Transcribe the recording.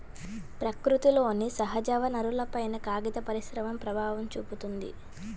ప్రకృతిలోని సహజవనరులపైన కాగిత పరిశ్రమ ప్రభావం చూపిత్తున్నది